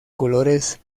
colores